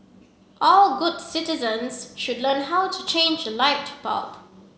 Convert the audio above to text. all good citizens should learn how to change a light bulb